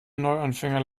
neuanfänger